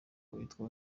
witwa